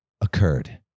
occurred